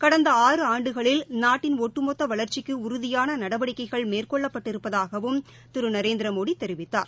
கடந்த ஆறு ஆண்டுகளில் நாட்டின் ஒட்டுமொத்த வளா்ச்சிக்கு உறுதியான நடவடிக்கைகள் மேற்கொள்ளப்பட்டிருப்பதாகவும் திரு நரேந்திமோடி தெரிவித்தார்